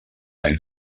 anys